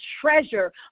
treasure